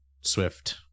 Swift